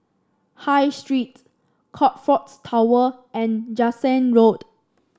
High Street Crockfords Tower and Jansen Road